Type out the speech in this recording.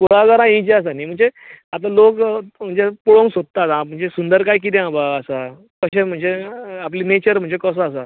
कुळागरां हीं जी आसा न्हय म्हणजे आतां लोक म्हणजे पळोवंक सोदता म्हणजे सुंदरकाय कितें बाबा हांगा आसा अशें म्हणजे आपली नेचर म्हणजे कसो आसा